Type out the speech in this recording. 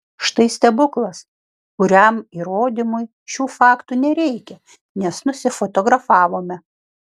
štai stebuklas kuriam įrodymui šių faktų nereikia nes nusifotografavome